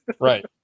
Right